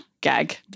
Gag